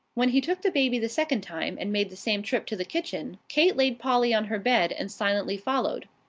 when he took the baby the second time and made the same trip to the kitchen, kate laid polly on her bed and silently followed.